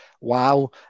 wow